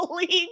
League